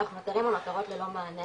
אנחנו נותרים ללא מענה